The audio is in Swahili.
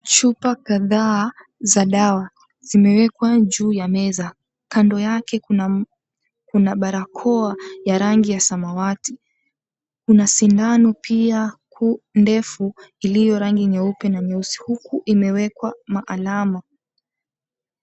Chupa kadhaa za dawa zimewekwa juu ya meza, kando yake kuna barakoa ya rangi ya samawati, kuna sindano pia ndefu iliyo rangi nyeupe na nyeusi huku imewekwa maalama .